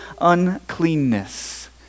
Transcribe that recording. uncleanness